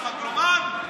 שאתה מגלומן?